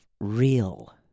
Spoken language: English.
real